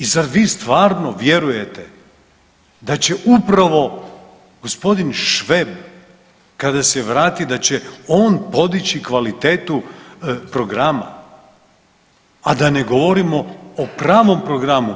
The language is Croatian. I zar vi stvarno vjerujete da će upravo g. Šveb, kada se vrati, da će on podići kvalitetu programa, a da ne govorimo o pravom programu?